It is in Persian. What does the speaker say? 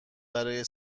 برای